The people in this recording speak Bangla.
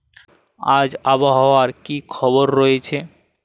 আজ আবহাওয়ার কি খবর রয়েছে?